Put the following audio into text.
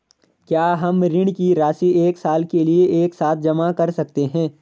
क्या हम ऋण की राशि एक साल के लिए एक साथ जमा कर सकते हैं?